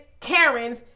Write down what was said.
karens